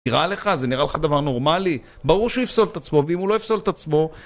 נראה לך? זה נראה לך דבר נורמלי? ברור שהוא יפסול את עצמו, ואם הוא לא יפסול את עצמו...